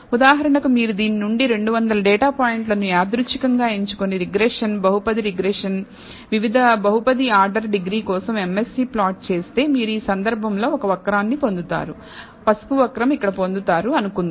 ఉదాహరణకు మీరు దీని నుండి 200 డేటా పాయింట్లను యాదృచ్ఛికంగా ఎంచుకుని రిగ్రెషన్ బహుపది రిగ్రెషన్ వివిధ బహుపది ఆర్డర్ డిగ్రీ కోసం MSE ప్లాట్ చేస్తే మీరు ఈ సందర్భంలో ఒక వక్రంను పొందుతారు పసుపు వక్రం ఇక్కడ పొందుతారు అనుకుందాం